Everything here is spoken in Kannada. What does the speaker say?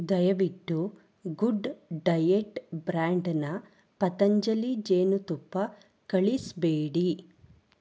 ದಯವಿಟ್ಟು ಗುಡ್ ಡಯೆಟ್ ಬ್ರ್ಯಾಂಡ್ನ ಪತಂಜಲಿ ಜೇನುತುಪ್ಪ ಕಳಿಸಬೇಡಿ